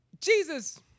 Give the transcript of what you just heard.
Jesus